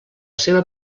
seva